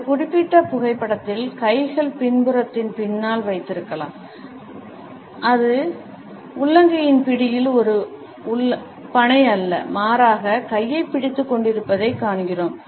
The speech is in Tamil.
இந்த குறிப்பிட்ட புகைப்படத்தில் கைகள் பின்புறத்தின் பின்னால் வைத்திருந்தாலும் அது உள்ளங்கை இறுக்கிப் பிடித்து அதற்கு மாறாக கையைப் பிடித்துக் கொண்டிருப்பதைக் காண்கிறோம்